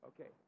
Okay